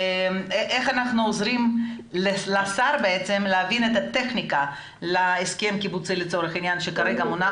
איך אנחנו עוזרים לשר להבין את הטכניקה להסכם הקיבוצי שכרגע מונח